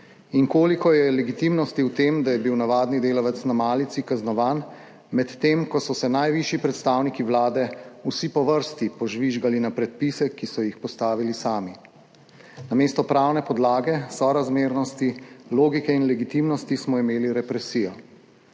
In koliko je legitimnosti v tem, da je bil navadni delavec na malici kaznovan, medtem ko so se najvišji predstavniki Vlade vsi po vrsti požvižgali na predpise, ki so jih postavili sami? Namesto pravne podlage sorazmernosti, logike in legitimnosti smo imeli represijo.